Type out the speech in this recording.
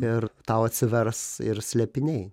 ir tau atsivers ir slėpiniai